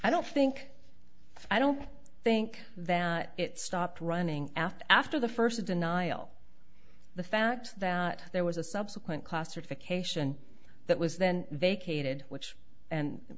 i don't think i don't think that it stopped running after after the first of denial the fact that there was a subsequent classification that was then vacated which and